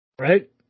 Right